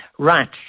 right